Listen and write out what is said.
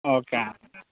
okay